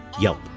yelp